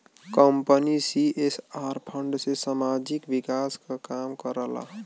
company CSR fund से सामाजिक विकास क काम करला